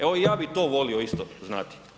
Evo ja bih to volio isto znati.